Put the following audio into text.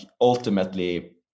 ultimately